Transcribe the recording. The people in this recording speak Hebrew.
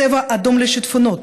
צבע אדום לשיטפונות,